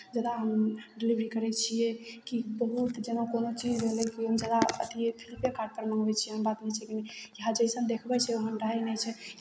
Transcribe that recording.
जादा हम डिलेवरी करै छियै कि बहुत जेना कोनो चीज भेलै कि हम जादा अथीए फ्लिपेकार्टपर मङ्गबै छियै एहन बात नहि छै कि जैसन देखबै छै ओहन रहै नहि छै